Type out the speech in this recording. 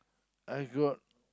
I got